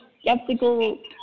skeptical